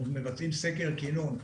אנחנו מבצעים סקר כינון.